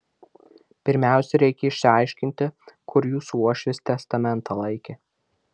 pirmiausia reikia išsiaiškinti kur jūsų uošvis testamentą laikė